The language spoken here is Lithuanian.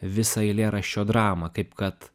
visą eilėraščio dramą kaip kad